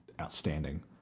outstanding